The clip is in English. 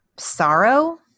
Sorrow